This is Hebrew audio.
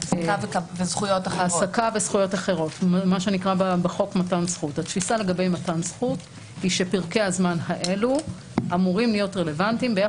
שמדובר בשוליים שבשוליים ולא ראוי לשנות את פרקי הזמן האלה או